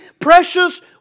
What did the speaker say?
precious